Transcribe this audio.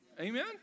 Amen